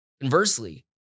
Conversely